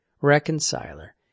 reconciler